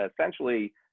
essentially